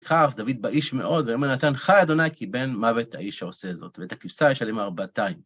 ויחר אף דוד באיש מאוד, ויאמר אל נתן חי ה' כי בן מוות האיש העושה זאת. ואת הכבשה ישלם ארבעתיים.